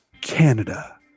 Canada